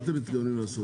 מה אתם מתכוונים לעשות?